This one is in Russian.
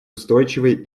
устойчивый